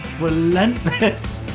relentless